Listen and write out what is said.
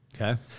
Okay